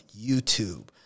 YouTube